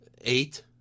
eight